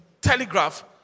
telegraph